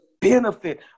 benefit